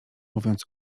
mówiąc